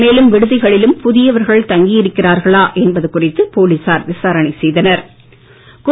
மேலும் விடுதிகளிலும் புதியவர்கள் தங்கியிருக்கிறார்களா என்பது குறித்து போலீசார் விசாரணை நடத்தினர்